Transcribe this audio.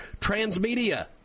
Transmedia